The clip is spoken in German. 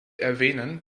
erwähnen